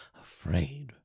afraid